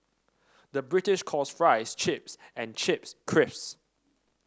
the British calls fries chips and chips creeps